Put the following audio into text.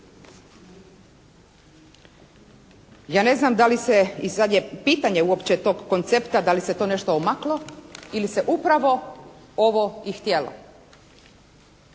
Ja ne znam da li se, i sad je pitanje uopće tog koncepta da li se to nešto omaklo ili se upravo ovo i htjelo.